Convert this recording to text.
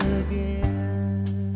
again